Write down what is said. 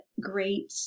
great